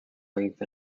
length